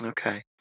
Okay